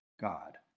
God